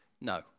no